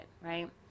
right